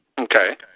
Okay